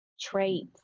traits